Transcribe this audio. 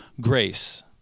grace